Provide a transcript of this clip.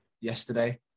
yesterday